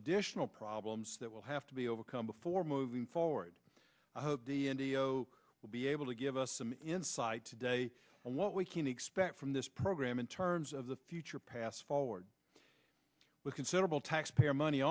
additional problems that will have to be overcome before moving forward indio will be able to give us some insight today and what we can expect from this program in terms of the future path forward with considerable taxpayer money